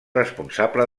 responsable